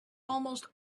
almost